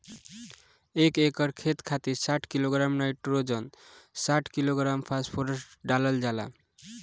एक एकड़ खेत खातिर साठ किलोग्राम नाइट्रोजन साठ किलोग्राम फास्फोरस डालल जाला?